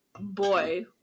boy